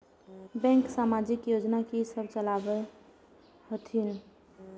Bank समाजिक योजना की सब चलावै छथिन?